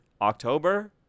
October